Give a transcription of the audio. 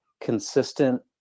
consistent